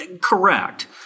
Correct